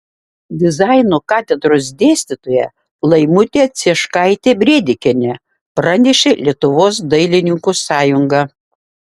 dizaino katedros dėstytoja laimutė cieškaitė brėdikienė pranešė lietuvos dailininkų sąjunga